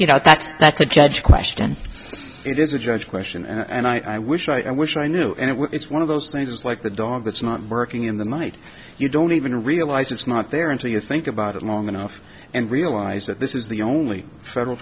you know that's that's a judge question it is a judge question and i wish i wish i knew and it's one of those things like the dog that's not working in the night you don't even realize it's not there until you think about it long enough and realize that this is the only federal